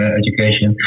education